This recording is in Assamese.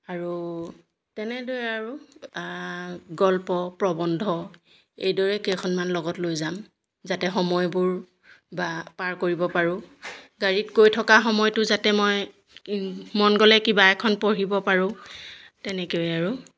আৰু তেনেদৰে আৰু গল্প প্ৰবন্ধ এইদৰে কেইখনমান লগত লৈ যাম যাতে সময়বোৰ বা পাৰ কৰিব পাৰোঁ গাড়ীত গৈ থকা সময়টো যাতে মই মন গ'লে কিবা এখন পঢ়িব পাৰোঁ তেনেকৈয়ে আৰু